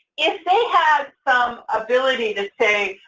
if they had some ability to say,